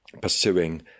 pursuing